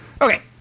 Okay